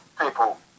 people